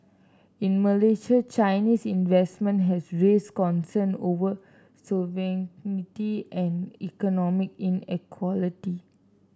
in Malaysia Chinese investment has raised concern over sovereignty and economic inequality